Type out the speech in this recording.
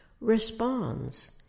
responds